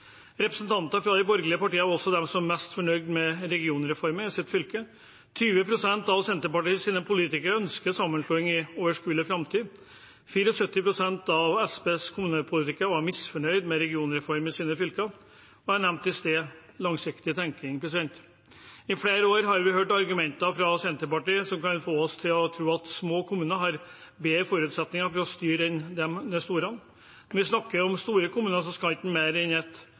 Representanter fra de borgerlige partiene var også de som var mest fornøyd med regionreformen i sitt fylke. 20 pst. av Senterpartiets politikere ønsker sammenslåing i overskuelig framtid. 74 pst. av Senterpartiets kommunepolitikere var misfornøyd med regionreformen i sine fylker. Jeg nevnte i sted langsiktig tenking. I flere år har vi hørt argumenter fra Senterpartiet som kan få oss til å tro at små kommuner har bedre forutsetninger for å styre enn de store. Når vi snakker om store kommuner, skal det ikke mer enn